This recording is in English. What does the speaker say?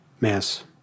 Mass